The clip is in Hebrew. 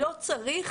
לא צריך